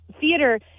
theater